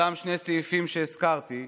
אותם שני סעיפים שהזכרתי,